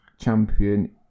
champion